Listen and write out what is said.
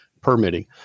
permitting